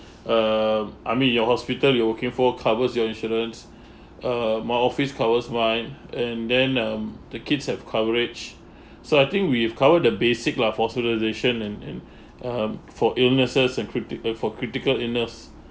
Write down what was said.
uh I mean your hospital you're working for covers your insurance uh my office covers mine and then um the kids have coverage so I think we've covered the basic lah hospitalisation and and um for illnesses and critic uh for critical illness